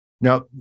Now